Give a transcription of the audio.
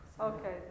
Okay